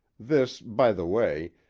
this, by the way,